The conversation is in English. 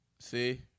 See